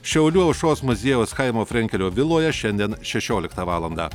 šiaulių aušros muziejaus chaimo frenkelio viloje šiandien šešioliktą valandą